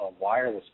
wireless